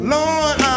Lord